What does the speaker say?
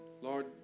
Lord